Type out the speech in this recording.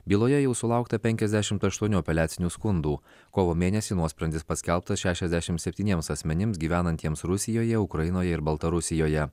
byloje jau sulaukta penkiasdešimt aštuonių apeliacinių skundų kovo mėnesį nuosprendis paskelbtas šešiasdešimt septyniems asmenims gyvenantiems rusijoje ukrainoje ir baltarusijoje